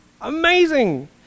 Amazing